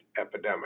epidemic